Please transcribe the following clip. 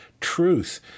truth